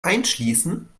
einschließen